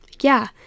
Yeah